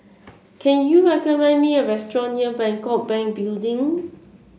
can you recommend me a restaurant near Bangkok Bank Building